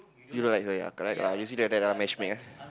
you don't like her yeah correct lah usually like that ah match make eh